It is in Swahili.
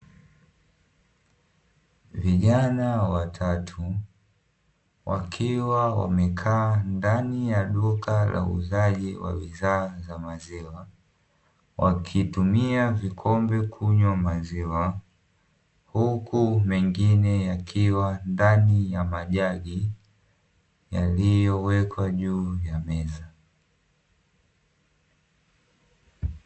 Vijana wa tatu wakiwa wamekaa ndani ya duka la uuzaji wa bidhaa za maziwa, wakitumia vikombe kunywa maziwa, huku mengine yakiwa ndani ya majagi yaliyowekwa juu ya meza.